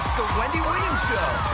wendy williams show.